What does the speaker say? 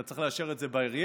אתה צריך לאשר את זה בעירייה,